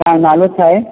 तव्हांजो नालो छा आहे